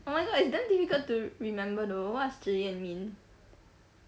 oh my god it's damn difficult to remember though what's zhi yan mean